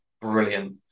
brilliant